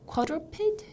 Quadruped